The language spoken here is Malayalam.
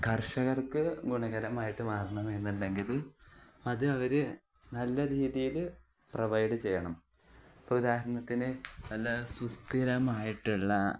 കർഷകർക്കു ഗുണകരമായിട്ടു മാറണമെന്നുണ്ടെങ്കില് അത് അവര് നല്ല രീതിയില് പ്രൊവൈഡ് ചെയ്യണം ഇപ്പോള് ഉദാഹരണത്തിനു നല്ല സുസ്ഥിരമായിട്ടുള്ള